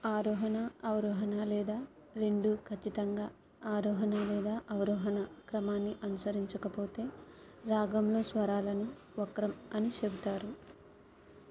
ఆరోహణ అవరోహణ లేదా రెండూ ఖచ్చితంగా ఆరోహణ లేదా అవరోహణ క్రమాన్ని అనుసరించకపోతే రాగంలో స్వరాలను వక్రం అని చెబుతారు